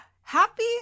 Happy